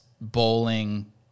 bowling